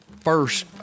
first